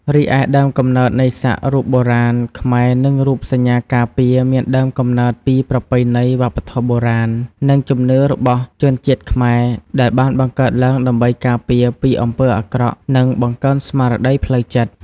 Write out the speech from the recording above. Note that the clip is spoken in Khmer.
រីឯដើមកំណើតនៃសាក់រូបបុរាណខ្មែរនិងរូបសញ្ញាការពារមានដើមកំណើតពីប្រពៃណីវប្បធម៌បុរាណ និងជំនឿរបស់ជនជាតិខ្មែរ ដែលបានបង្កើតឡើងដើម្បីការពារពីអំពើអាក្រក់ និងបង្កើនស្មារតីផ្លូវចិត្ត។